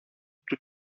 του